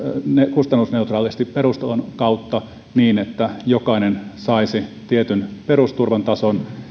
kustannusneutraalisti perustulon kautta niin että jokainen saisi tietyn perusturvan tason